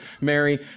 Mary